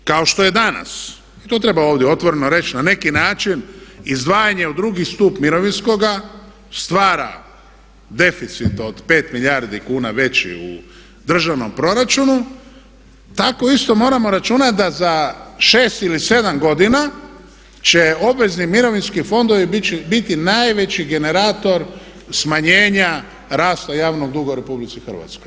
Međutim, kao što je danas i to treba ovdje otvoreno reći na neki način izdvajanje u drugi stup mirovinskoga stvara deficit od 5 milijardi kuna veći u državnom proračunu tako isto moramo računati da za 6 ili 7 godina će obvezni mirovinski fondovi biti najveći generator smanjenja rasta javnog duga u RH.